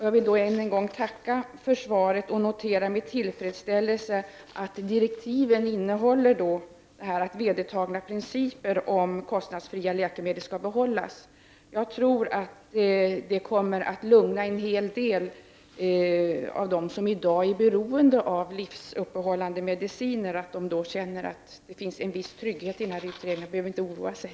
Jag vill ännu en gång tacka för svaret och noterar med tillfredsställelse att direktiven innehåller att vedertagna principer om kostnadsfria läkemedel skall behållas. Jag tror att det kommer att lugna många av dem som i dag är beroende av livsuppehållande mediciner, så att de kan känna trygghet inför denna utredning och inte behöver oroa sig.